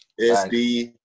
SD